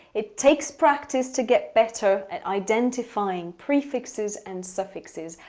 it takes practice to get better and identifying prefixes and suffixes,